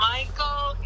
Michael